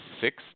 six